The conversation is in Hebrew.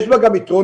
יש בה גם יתרונות.